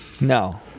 No